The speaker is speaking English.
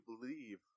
believe